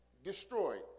destroyed